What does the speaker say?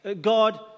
God